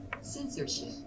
Censorship